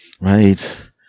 right